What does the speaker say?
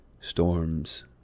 Storms